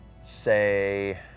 say